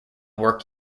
work